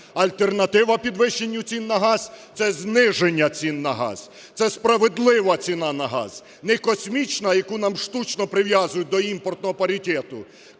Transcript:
Альтернатива підвищенню цін на газ – це зниження цін на газ, це справедлива ціна на газ. Не космічна, яку нам штучно прив'язують до імпортного паритету,